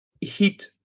Heat